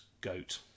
goat